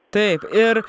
taip ir